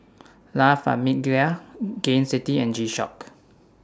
La Famiglia Gain City and G Shock